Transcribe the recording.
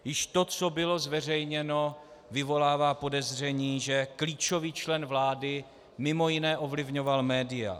Již to, co bylo zveřejněno, vyvolává podezření, že klíčový člen vlády mimo jiné ovlivňoval média.